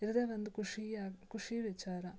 ಇರೋದೆ ಒಂದು ಖುಷೀ ಆಗ ಖುಷಿ ವಿಚಾರ